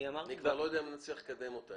אני כבר לא בטוח אם נצליח לקדם אותה.